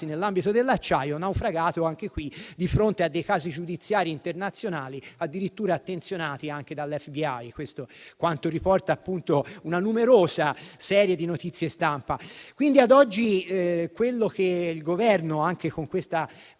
nell'ambito dell'acciaio, naufragato anche qui di fronte a casi giudiziari internazionali, addirittura attenzionati anche dall'FBI. Questo è quanto riporta una numerosa serie di notizie stampa. Quindi, ad oggi, quello che il Governo, anche con questa